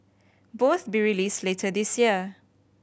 both be released later this year